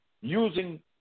using